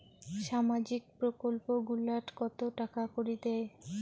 সামাজিক প্রকল্প গুলাট কত টাকা করি দেয়?